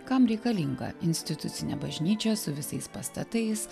kam reikalinga institucinė bažnyčia su visais pastatais